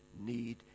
need